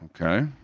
Okay